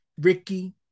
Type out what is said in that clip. ricky